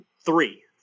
three